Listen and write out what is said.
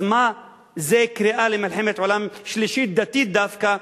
אז מה זה קריאה למלחמת עולם שלישית דתית דווקא,